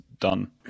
done